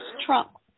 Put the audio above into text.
Trump